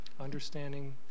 understanding